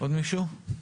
עוד מישהו?